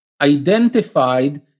identified